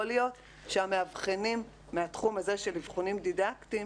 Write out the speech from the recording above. יכול להיות שהמאבחנים מהתחום הזה של אבחונים דידקטיים